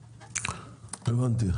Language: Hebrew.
הבנתי.